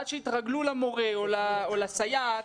עד שיתרגלו למורה או לסייעת,